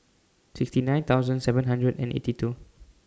sixty nine thousand seven hundred and eighty two